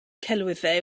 celwyddau